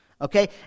Okay